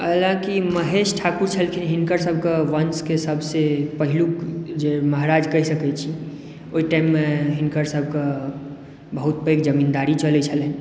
हलाँकी महेश ठाकुर छलखिन हिनकर सभके वंशके सबसॅं पहीलुक जॆ महाराज कहि सकैत छी ओहिठाममे हिनकर सभके बहुत पैघ जमीन्दारी चलै छलनि